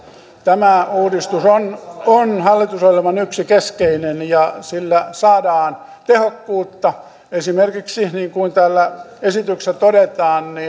tämä uudistus on on hallitusohjelman yksi keskeinen ja sillä saadaan tehokkuutta esimerkiksi niin kuin täällä esityksessä todetaan